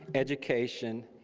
education,